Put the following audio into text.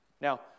Now